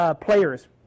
players